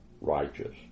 righteous